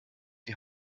die